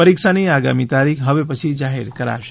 પરીક્ષાની આગામી તારીખ હવે પછી જાહેર કરાશે